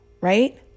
right